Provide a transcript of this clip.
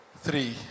three